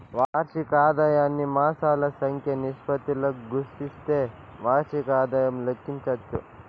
వార్షిక ఆదాయాన్ని మాసాల సంఖ్య నిష్పత్తితో గుస్తిస్తే వార్షిక ఆదాయం లెక్కించచ్చు